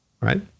Right